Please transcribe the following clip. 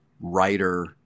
writer